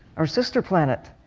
our sister planet,